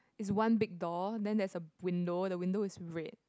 is one big door then there's a window the window is red